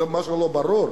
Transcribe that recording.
זה מה שלא ברור.